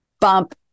bump